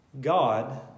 God